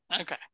Okay